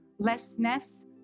lessness